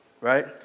Right